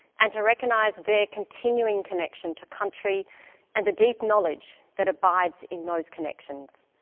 and to recognise their continuing connection to country and the deep knowledge that abides in those connections.